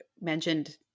mentioned